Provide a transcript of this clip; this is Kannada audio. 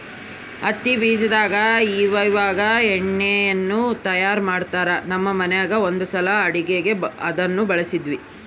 ಹತ್ತಿ ಬೀಜದಾಗ ಇವಇವಾಗ ಎಣ್ಣೆಯನ್ನು ತಯಾರ ಮಾಡ್ತರಾ, ನಮ್ಮ ಮನೆಗ ಒಂದ್ಸಲ ಅಡುಗೆಗೆ ಅದನ್ನ ಬಳಸಿದ್ವಿ